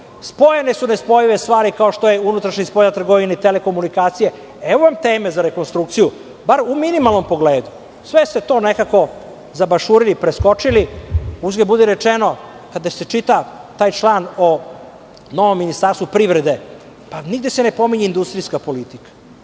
Spojene su nespojive stvari, kao što je unutrašnja i spoljna trgovina i telekomunikacije. Evo vam teme za rekonstrukciju, bar u minimalnom pogledu. Sve ste to nekako zabašurili i preskočili. Uzgred rečeno, kada se čita član o novom Ministarstvu privrede, nigde se ne pominje industrijska politika.